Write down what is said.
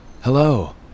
Hello